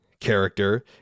character